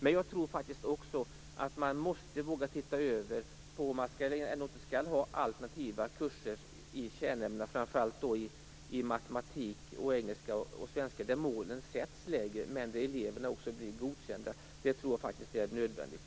Men jag tror också att man måste våga se över möjligheten att ha alternativa kurser i kärnämnena, framför allt i matematik, engelska och svenska där målen sätts lägre men där eleverna blir godkända. Det tror jag är nödvändigt.